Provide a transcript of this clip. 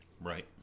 Right